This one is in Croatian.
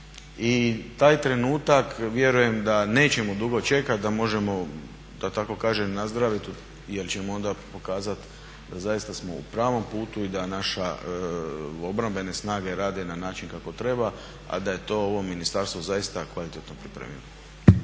I taj trenutak vjerujem da nećemo dugo čekati, da možemo da tako kažem nazdraviti jer ćemo onda pokazati da zaista smo u pravom putu i da naše obrambene snage rade na način kako treba, a da je to ovo ministarstvo zaista kvalitetno pripremilo.